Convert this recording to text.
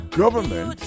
government